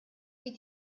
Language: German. wie